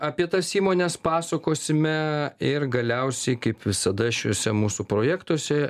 apie tas įmones pasakosime ir galiausiai kaip visada šiuose mūsų projektuose